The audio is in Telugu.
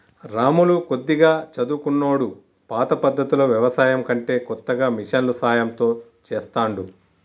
రాములు కొద్దిగా చదువుకున్నోడు పాత పద్దతిలో వ్యవసాయం కంటే కొత్తగా మిషన్ల సాయం తో చెస్తాండు